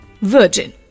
virgin